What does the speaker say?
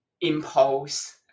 impulse